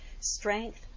strength